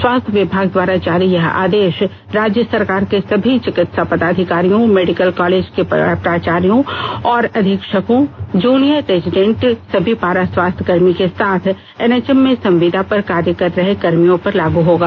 स्वास्थय विभाग द्वारा जारी यह आदेश राज्य सरकार के सभी चिकित्सा पदाधिकारियों मेडिकल कॉलेजों के प्राचार्यों और अधीक्षकों जुनियर रेजिडेंट सभी पारा स्वास्थ्यकर्मी के साथ एनएचआरएम में संविदा पर कार्य कर रहे कर्मियों पर लागू होगा